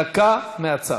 דקה מהצד.